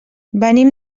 venim